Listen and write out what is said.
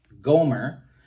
Gomer